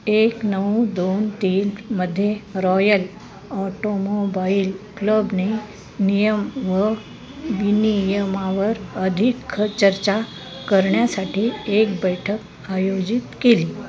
एक नऊ दोन तीन मध्ये रॉयल ऑटोमोबाईल क्लबने नियम व विनियमावर अधिक चर्चा करण्यासाठी एक बैठक आयोजित केली